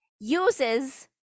uses